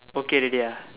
okay already ah